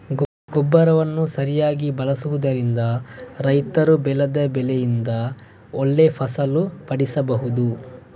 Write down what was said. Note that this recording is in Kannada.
ಗೊಬ್ಬರವನ್ನ ಸರಿಯಾಗಿ ಬಳಸುದರಿಂದ ರೈತರು ಬೆಳೆದ ಬೆಳೆಯಿಂದ ಒಳ್ಳೆ ಫಸಲು ಪಡೀಬಹುದು